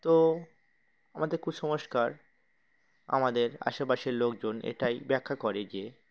তো আমাদের কুসংস্কার আমাদের আশেপাশের লোকজন এটাই ব্যাখ্যা করে যে